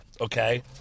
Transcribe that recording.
okay